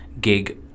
Gig